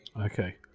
Okay